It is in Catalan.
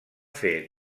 fer